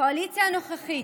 הקואליציה הנוכחית,